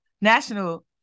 National